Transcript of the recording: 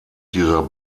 dieser